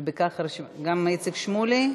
ובכך הרשימה, גם איציק שמולי?